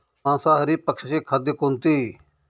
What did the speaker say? मांसाहारी पक्ष्याचे खाद्य कोणते?